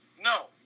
No